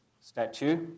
statue